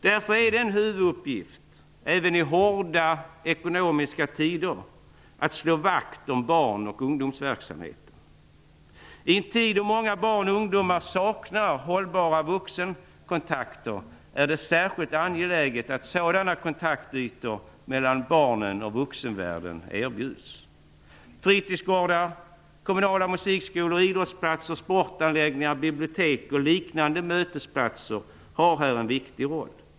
Därför är det en huvuduppgift även i ekonomiskt hårda tider att slå vakt om barn och ungdomsverksamhet. I en tid då många barn och ungdomar saknar hållbara vuxenkontakter är det särskilt angeläget att sådana kontaktytor mellan barnen och vuxenvärlden erbjuds. Fritidsgårdar, kommunala musikskolor, idrottsplatser, sportanläggningar, bibliotek och liknande mötesplatser har här en viktig roll.